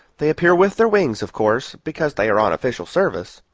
they appear with their wings, of course, because they are on official service,